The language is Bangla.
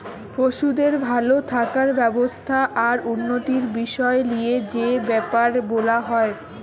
পশুদের ভাল থাকার ব্যবস্থা আর উন্নতির বিষয় লিয়ে যে বেপার বোলা হয়